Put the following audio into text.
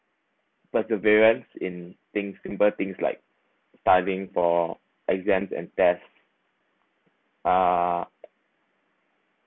but the variance in things people thinks like studying for exams and tests uh